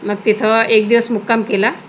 मग तिथं एक दिवस मुक्काम केला